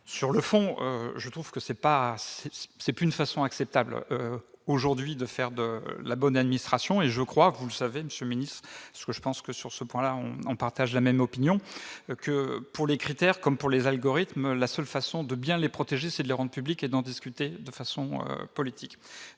sur le fond, je trouve que c'est pas, c'est plus une façon acceptable aujourd'hui de faire de la bonne administration et je crois que vous savez Monsieur le Ministre, ce que je pense que sur ce point-là on on partage la même opinion que pour les critères, comme pour les algorithmes, la seule façon de bien les protéger, c'est la rende publique et d'en discuter de façon politique,